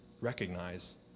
recognize